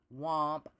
womp